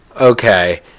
okay